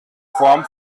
form